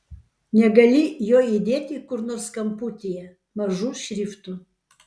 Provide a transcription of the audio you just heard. negali jo įdėti kur nors kamputyje mažu šriftu